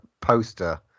poster